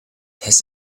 his